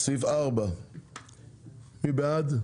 סעיף 4. מי בעד?